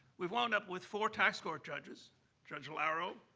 we wound up with four tax court judges judge laro,